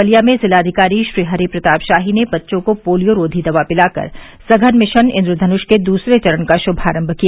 बलिया में जिलाधिकारी श्रीहरि प्रताप शाही ने बच्चों को पोलियोरोवी दवा पिलाकर सघन मिशन इंद्रधनूष के दूसरे चरण का श्मारम किया